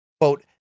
Quote